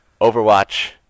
overwatch